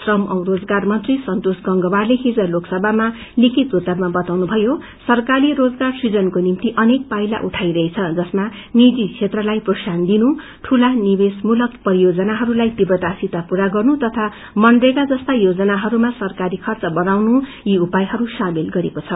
श्रम औ रोजगार मी संतोष गंगवारले हिज लोकसभामा लिखित उत्तरामा बताउनुषयो सरकार रोजगार सूजनको निम्ति अनेक पाइला उठाईरहेछ जसमा निजी बेत्रलाई प्रोत्साइनदिनु दूला निवेशमूलक परियोजनाहरूलाई तीव्रतासित पूरा गर्नु तथा मनरेगा जस्ता योजनाहरूमा सरकारी खर्च गढ़ाउनु यी उपायहरू सामेल गरिएको छ